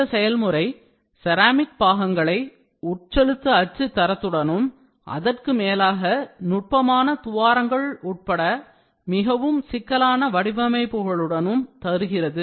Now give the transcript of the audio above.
இந்த செயல்முறை செரமிக் பாகங்களை உட்செலுத்து அச்சு தரத்துடனும் அதற்கு மேலாக நுட்பமான துவாரங்கள் உட்பட மிகவும் சிக்கலான வடிவமைப்புகளுடனும் தருகிறது